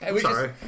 Sorry